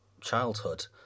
childhood